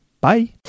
Bye